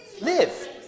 live